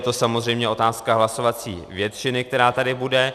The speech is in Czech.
Je to samozřejmě otázka hlasovací většiny, která tady bude.